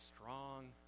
strong